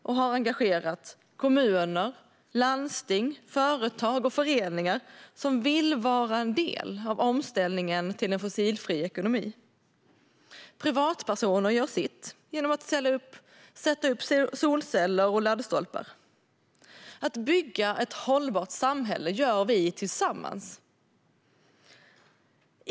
Det har engagerat kommuner, landsting, företag och föreningar, som vill vara en del av omställningen till en fossilfri ekonomi. Privatpersoner gör sitt genom att sätta upp solceller och laddstolpar. Att bygga ett hållbart samhälle gör vi tillsammans.